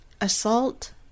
assault